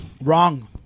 Wrong